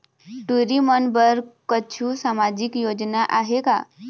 टूरी बन बर कछु सामाजिक योजना आहे का?